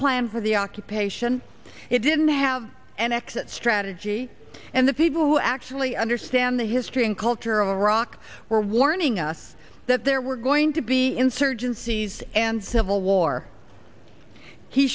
plan for the occupation it didn't have an exit strategy and the people who actually understand the history and culture of iraq were warning us that there were going to be insurgencies and civil war he